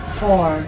four